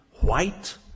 white